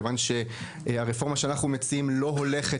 כיוון שהרפורמה שאנחנו מציעים לא הולכת